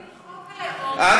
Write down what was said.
על פי חוק הלאום שלנו,